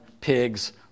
pigs